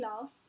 love